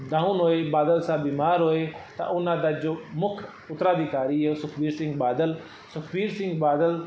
down ਹੋਏ ਬਾਦਲ ਸਾਹਿਬ ਬਿਮਾਰ ਹੋਏ ਤਾਂ ਉਹਨਾਂ ਦਾ ਜੋ ਮੁੱਖ ਉੱਤਰਾਧਿਕਾਰੀ ਸੁਖਬੀਰ ਸਿੰਘ ਬਾਦਲ ਸੁਖਬੀਰ ਸਿੰਘ ਬਾਦਲ